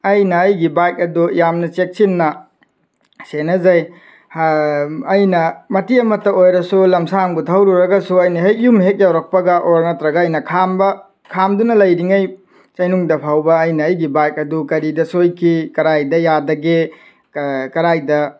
ꯑꯩꯅ ꯑꯩꯒꯤ ꯕꯥꯏꯛ ꯑꯗꯣ ꯌꯥꯝꯅ ꯆꯦꯛꯁꯤꯟꯅ ꯁꯦꯟꯅꯖꯩ ꯑꯩꯅ ꯃꯇꯦꯛ ꯑꯝꯇ ꯑꯣꯏꯔꯁꯨ ꯂꯝꯁꯥꯡꯕꯨ ꯊꯧꯔꯨꯔꯒꯁꯨ ꯑꯩꯅ ꯍꯦꯛ ꯌꯨꯝ ꯍꯦꯛ ꯌꯧꯔꯛꯄꯒ ꯑꯣꯔ ꯅꯠꯇ꯭ꯔꯒ ꯑꯩꯅ ꯈꯥꯝꯕ ꯈꯥꯝꯗꯨꯅ ꯂꯩꯔꯤꯉꯩ ꯆꯩꯅꯨꯡꯗ ꯐꯥꯎꯕ ꯑꯩꯅ ꯑꯩꯒꯤ ꯕꯥꯏꯛ ꯑꯗꯨ ꯀꯔꯤꯗ ꯁꯣꯏꯈꯤ ꯀꯗꯥꯏꯗ ꯌꯥꯗꯒꯦ ꯀꯗꯥꯏꯗ